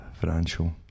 Financial